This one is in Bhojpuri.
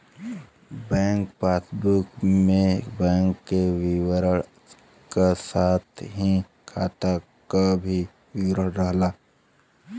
बैंक पासबुक में बैंक क विवरण क साथ ही खाता क भी विवरण रहला